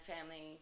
family